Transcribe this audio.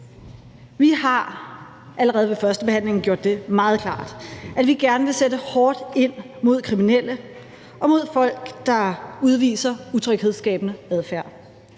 Vi har allerede ved førstebehandlingen gjort det meget klart, at vi gerne vil sætte hårdt ind mod kriminelle og mod folk, der udviser en utryghedsskabende adfærd,